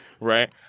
Right